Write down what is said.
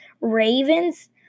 Ravens